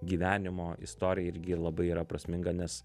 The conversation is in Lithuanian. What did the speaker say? gyvenimo istorija irgi labai yra prasminga nes